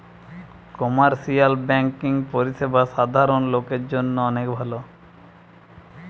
commercial banking পরিষেবা সাধারণ লোকের জন্য অনেক ভালো